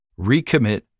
recommit